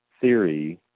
theory